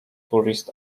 tourist